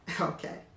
Okay